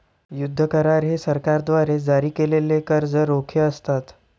युद्ध करार हे सरकारद्वारे जारी केलेले कर्ज रोखे असतात